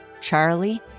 Charlie